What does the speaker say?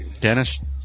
Dennis